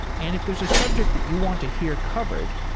and if there's a subject that you want to hear covered,